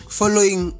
following